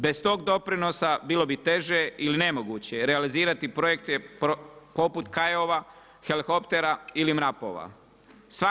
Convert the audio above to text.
Bez tog doprinosa bilo bi teže ili nemoguće realizirati projekte poput Kajova, helikoptera ili MRAP-ova.